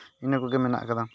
ᱤᱱᱟᱹ ᱠᱚᱜᱮ ᱢᱮᱱᱟᱜ ᱠᱟᱫᱟ